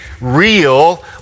real